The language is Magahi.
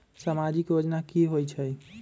समाजिक योजना की होई छई?